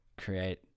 create